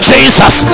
Jesus